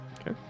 Okay